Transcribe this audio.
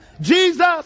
Jesus